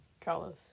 Colors